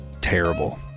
terrible